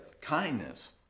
Kindness